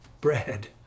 bread